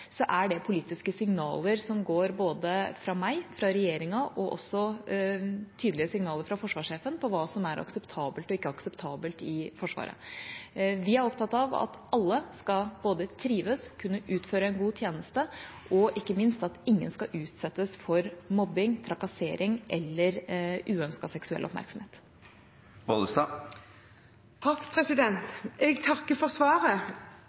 er det politiske signaler som går både fra meg og fra regjeringa, og er også tydelige signaler fra forsvarssjefen om hva som er akseptabelt og ikke akseptabelt i Forsvaret. Vi er opptatt av at alle både skal trives og kunne utføre en god tjeneste, og ikke minst at ingen skal utsettes for mobbing, trakassering eller uønsket seksuell oppmerksomhet. Jeg takker for svaret.